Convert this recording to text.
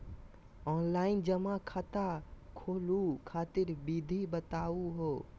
Online जमा खाता खोलहु खातिर विधि बताहु हो?